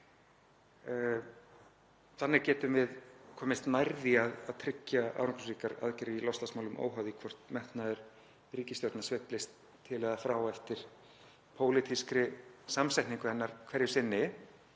Þannig getum við komist nær því að tryggja árangursríkar aðgerðir í loftslagsmálum óháð því hvort metnaður ríkisstjórnar sveiflist til eða frá eftir pólitískri samsetningu hennar hverju sinni,